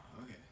okay